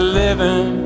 living